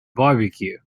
barbecue